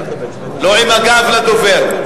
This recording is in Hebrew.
לא עם הגב לדובר.